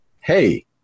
hey